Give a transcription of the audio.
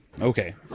Okay